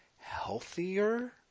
healthier